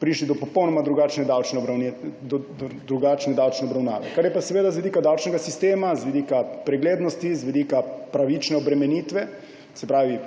prišli do popolnoma drugačne davčne obravnave. To pa je seveda z vidika davčnega sistema, z vidika preglednosti, z vidika pravične obremenitve, se pravi